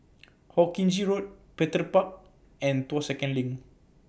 Hawkinge Road Petir Park and Tuas Second LINK